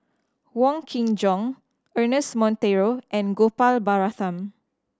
Wong Kin Jong Ernest Monteiro and Gopal Baratham